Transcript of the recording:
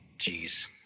Jeez